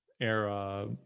era